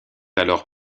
alors